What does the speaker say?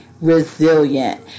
resilient